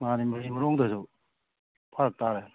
ꯃꯥꯟꯅꯤ ꯃꯍꯩ ꯃꯔꯣꯡꯗꯁꯨ ꯐꯥꯔꯛ ꯇꯥꯔꯦ